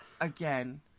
again